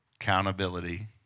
Accountability